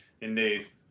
Indeed